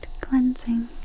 cleansing